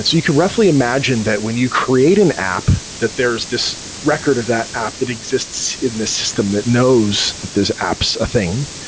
you can roughly imagine that when you create an app that there's this record of that app that exists in the system that knows that there's apps a thing.